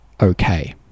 okay